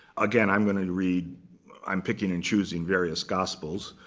again, i'm going to read i'm picking and choosing various gospels.